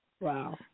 Wow